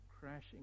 crashing